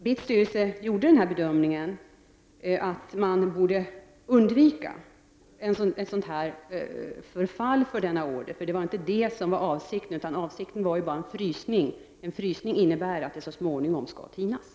BITS styrelse gjorde alltså bedömningen att man borde undvika ett förfall när det gällde denna order, för avsikten var ju att åstadkomma en frysning — och en frysning innebär att det så småningom kommer ett upptinande.